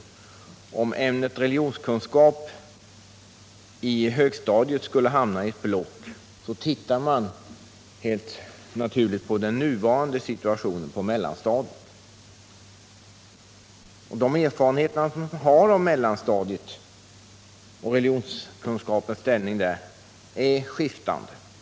Om det föreslås att ämnet religionskunskap på högstadiet skulle hamna i ett block, tittar man helt naturligt på den nuvarande situationen på mellanstadiet. De erfarenheter vi har av mellanstadiet och religionskunskapens ställning där är skiftande.